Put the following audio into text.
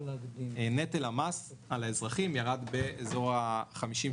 נטל המס על האזרחים ירד באזור 50,